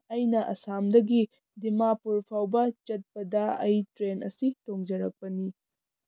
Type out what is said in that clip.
ꯑꯩꯅ ꯑꯁꯥꯝꯗꯒꯤ ꯗꯤꯃꯥꯔꯄꯨ ꯐꯥꯎꯕ ꯆꯠꯄꯗ ꯑꯩ ꯇ꯭ꯔꯦꯟ ꯑꯁꯤ ꯇꯣꯡꯖꯔꯛꯄꯅꯤ